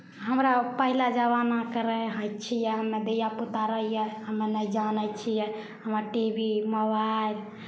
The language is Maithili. हमरा पहिले जमानाके रहै हइ छियै हमे धियापुता रहियै हमे नहि जानै छियै हमे टी वी मोबाइल